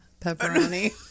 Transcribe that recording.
pepperoni